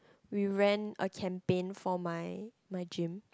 we ran a campaign for my my gym